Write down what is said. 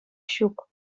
ҫук